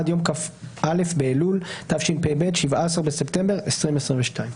עד יום כ"א באלול התשפ"ב (17 בספטמבר 2022)."